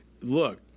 look